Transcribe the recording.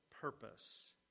purpose